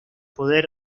poder